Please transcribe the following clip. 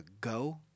Go